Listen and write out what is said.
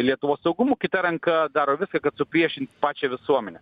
lietuvos saugumu kita ranka daro viską kad supriešint pačią visuomenę